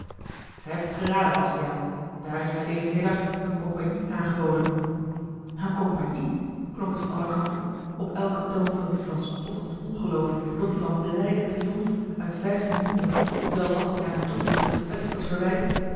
gij hebt het geraden bastiaan daar is mij dezen middag eene compagnie aangeboden eene compagnie klonk het van alle kanten op elken toon van dien van spottend ongeloof tot dien van blijden triomf uit vijftien monden terwijl bastiaan hem toevoegde met iets als verwijt